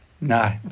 No